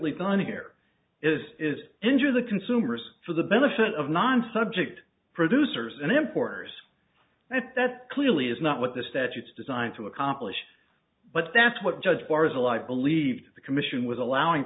done here is is injure the consumers for the benefit of non subject producers and importers that that clearly is not what the statute is designed to accomplish but that's what judge bars alive believed the commission was allowing